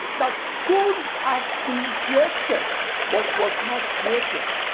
that could have been created but was not created.